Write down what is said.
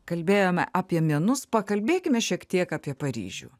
kalbėjome apie menus pakalbėkime šiek tiek apie paryžių